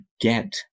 get